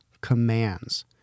commands